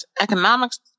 economics